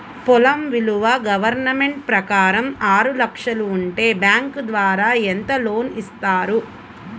పొలం విలువ గవర్నమెంట్ ప్రకారం ఆరు లక్షలు ఉంటే బ్యాంకు ద్వారా ఎంత లోన్ ఇస్తారు?